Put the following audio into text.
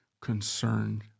concerned